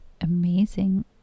amazing